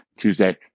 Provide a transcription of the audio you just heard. Tuesday